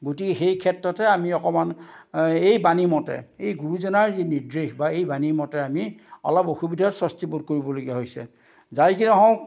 গতিকে সেই ক্ষেত্ৰতে আমি অকণমান এই বাণীমতে এই গুৰুজনাৰ যি নিৰ্দেশ বা এই বাণীমতে আমি অলপ অসুবিধা অস্ৱস্তিবোধ কৰিবলগীয়া হৈছে যাইকি হওক